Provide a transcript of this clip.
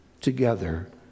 together